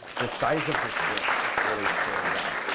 the size of this bench really stands out.